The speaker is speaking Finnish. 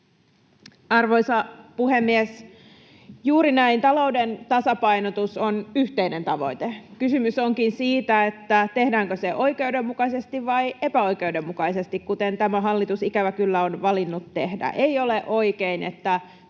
Arvoisa puhemies! Juuri näin, talouden tasapainotus on yhteinen tavoite. Kysymys onkin siitä, tehdäänkö se oikeudenmukaisesti vai epäoikeudenmukaisesti, kuten tämä hallitus, ikävä kyllä, on valinnut tehdä. Ei ole oikein,